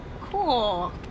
cool